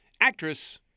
actress